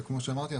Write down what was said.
וכמו שאמרתי,